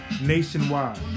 nationwide